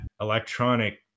electronic